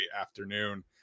afternoon